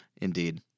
Indeed